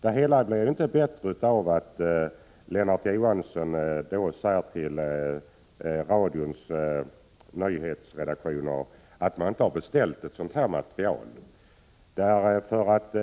Det hela blir inte bättre av att Lennart Johansson säger till radions nyhetsredaktion att man inte har beställt ett sådant material.